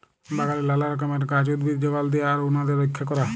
বাগালে লালা রকমের গাহাচ, উদ্ভিদ যগাল দিয়া আর উনাদের রইক্ষা ক্যরা